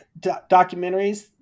documentaries